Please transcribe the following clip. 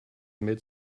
mid